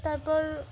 তারপর